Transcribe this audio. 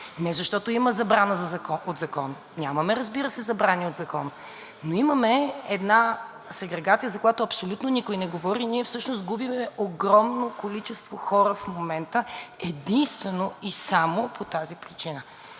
не защото има забрана от закон – нямаме, разбира се, забрани от закон, но имаме една сегрегация, за която абсолютно никой не говори. И ние всъщност губим огромно количество хора в момента единствено и само по тази причина